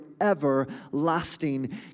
everlasting